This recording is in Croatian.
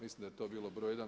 Mislim da je to bilo broj jedan.